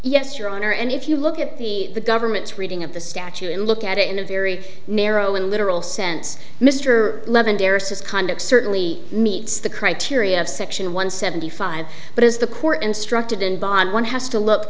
yes your honor and if you look at the government's reading of the statue and look at it in a very narrow and literal sense mr levin darr says conduct certainly meets the criteria of section one seventy five but as the court instructed in bonn one has to look